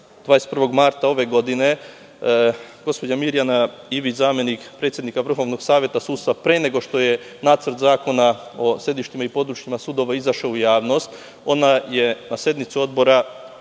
21. marta 2013. godine. Gospođa Mirjana Ivić, zamenik predsednika Vrhovnog saveta sudstva, pre nego što je nacrt zakona o sedištima i područjima sudova izašao u javnost, je na sednici odbora